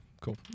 Cool